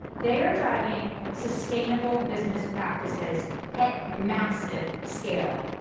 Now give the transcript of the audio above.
they are driving sustainable business practices at massive scale.